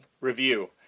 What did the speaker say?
review